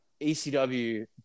ECW